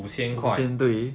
五千块